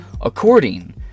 according